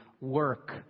work